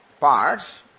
parts